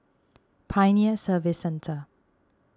Pioneer Service Centre